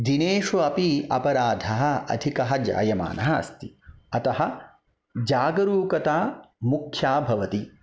दिनेषु अपि अपराधाः अधिकाः जायमानः अस्ति अतः जागरुकता मुख्या भवति